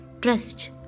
Trust